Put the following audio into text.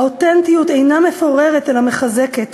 האותנטיות אינה מפוררת, אלא מחזקת.